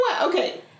Okay